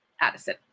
Addison